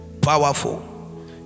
powerful